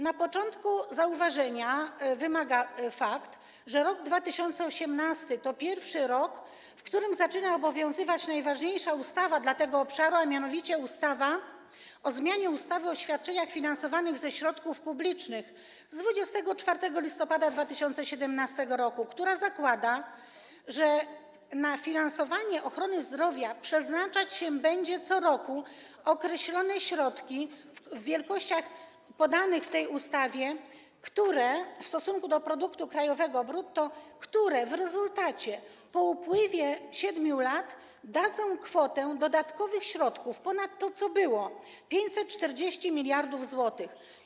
Na początku zauważenia wymaga fakt, że rok 2018 to pierwszy rok, w którym zaczyna obowiązywać najważniejsza ustawa dla tego obszaru, a mianowicie ustawa o zmianie ustawy o świadczeniach finansowanych ze środków publicznych z 24 listopada 2017 r., która zakłada, że na finansowanie ochrony zdrowia przeznaczać się będzie co roku określone środki w wielkościach podanych w tej ustawie, które w stosunku do produktu krajowego brutto po upływie 7 lat dadzą w rezultacie kwotę dodatkowych środków ponad to, co było - 540 mld zł.